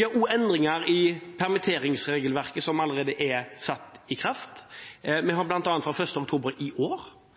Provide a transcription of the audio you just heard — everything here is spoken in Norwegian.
gjør også endringer i permitteringsregelverket som allerede er satt i kraft. Vi har bl.a. fra 1. oktober i år